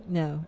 no